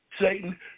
Satan